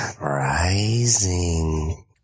rising